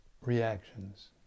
reactions